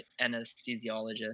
anesthesiologist